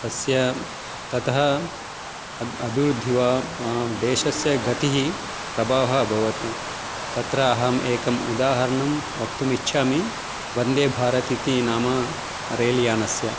तस्य ततः अब् अभिवृद्धिः वा देशस्य गतिः प्रभावः अभवत् तत्र अहम् एकम् उदाहरणं वक्तुम् इच्छामि वन्दे भारत् इति नाम्ना रेल्यानस्य